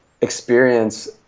experience